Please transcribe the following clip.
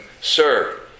Sir